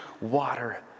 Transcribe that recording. water